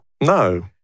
No